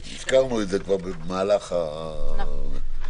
הזכרנו את זה כבר במהלך הדיון.